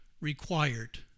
required